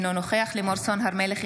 אינו נוכח לימור סון הר מלך,